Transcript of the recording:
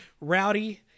Rowdy